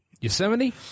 Yosemite